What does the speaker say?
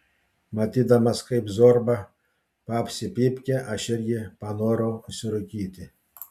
matydamas kaip zorba papsi pypkę aš irgi panorau užsirūkyti